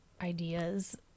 ideas